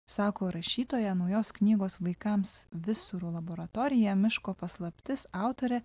sako rašytoja naujos knygos vaikams visurų laboratoriją miško paslaptis autorė